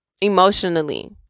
emotionally